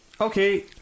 okay